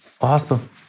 Awesome